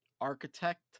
architect